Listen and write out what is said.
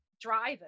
drivers